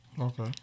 Okay